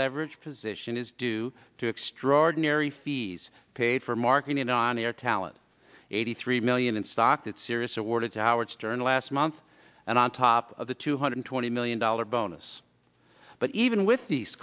leveraged position is due to extraordinary fees paid for marketing on air talent eighty three million in stock that sirius awarded to howard stern last month and on top of the two hundred twenty million dollars bonus but even with these